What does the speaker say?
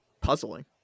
puzzling